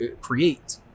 create